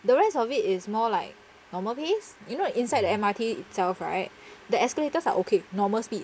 the rest of it is more like normal pace you know inside the M_R_T itself right the escalators are okay normal speed